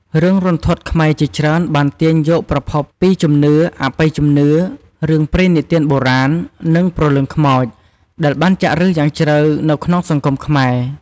រឿងរន្ធត់ខ្មែរជាច្រើនបានទាញយកប្រភពពី ជំនឿ អបិយជំនឿ រឿងព្រេងនិទានបុរាណ និងព្រលឹងខ្មោច ដែលបានចាក់ឫសយ៉ាងជ្រៅនៅក្នុងសង្គមខ្មែរ។